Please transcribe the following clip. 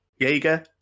Jaeger